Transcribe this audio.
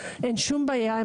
אין שום בעיה,